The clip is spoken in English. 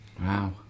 Wow